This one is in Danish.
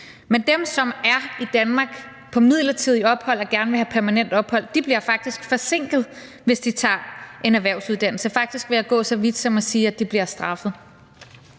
Men dem, som er i Danmark på midlertidigt ophold og gerne vil have permanent ophold, bliver faktisk forsinket, hvis de tager en erhvervsuddannelse. Faktisk vil jeg gå så vidt som til at sige, at de bliver straffet.